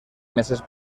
meses